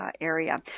area